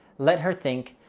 let her think,